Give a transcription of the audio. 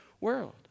world